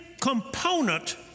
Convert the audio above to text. component